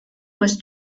was